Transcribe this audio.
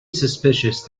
suspicious